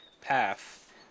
path